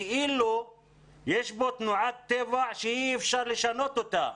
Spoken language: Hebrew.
כאילו יש פה תופעת טבע שאי אפשר לשנות אותה,